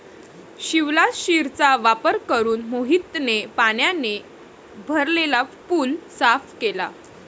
शिवलाशिरचा वापर करून मोहितने पाण्याने भरलेला पूल साफ केला